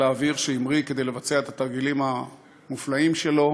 האוויר כדי לבצע את התרגילים המופלאים שלו,